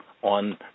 on